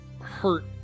hurt